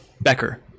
Becker